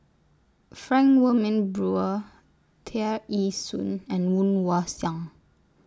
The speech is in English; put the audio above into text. Frank Wilmin Brewer Tear Ee Soon and Woon Wah Siang